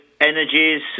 energies